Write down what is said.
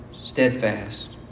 steadfast